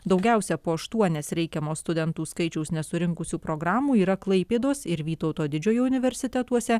daugiausia po aštuonias reikiamo studentų skaičiaus nesurinkusių programų yra klaipėdos ir vytauto didžiojo universitetuose